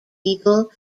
legal